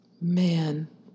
Man